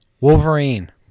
Wolverine